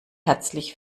herzlich